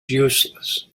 useless